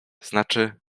znaczy